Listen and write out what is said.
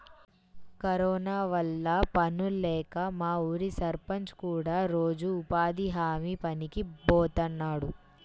corona వల్ల పనుల్లేక మా ఊరి సర్పంచ్ కూడా రోజూ ఉపాధి హామీ పనికి బోతన్నాడు